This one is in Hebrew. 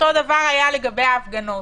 אותו דבר היה לגבי ההפגנות.